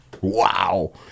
Wow